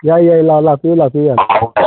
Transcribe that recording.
ꯌꯥꯏ ꯌꯥꯏ ꯂꯥꯛꯄꯤꯌꯨ ꯂꯥꯛꯄꯤꯌꯨ ꯌꯥꯅꯤ